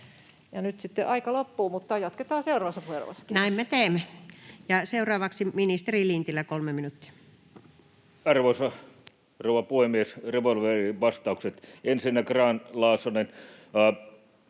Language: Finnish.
nyt sitten aika loppuu, mutta jatketaan seuraavassa puheenvuorossa. Näin me teemme. — Ja seuraavaksi ministeri Lintilä, 3 minuuttia. Arvoisa rouva puhemies! Revolverivastaukset. Ensinnä Grahn-Laasonen: